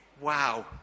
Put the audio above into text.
wow